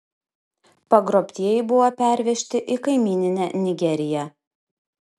pagrobtieji buvo pervežti į kaimyninę nigeriją